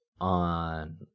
on